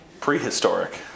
prehistoric